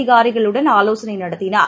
அதிகாரிகளுடன் ஆலோசனைநடத்தினார்